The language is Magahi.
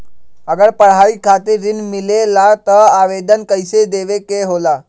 अगर पढ़ाई खातीर ऋण मिले ला त आवेदन कईसे देवे के होला?